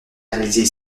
réalisé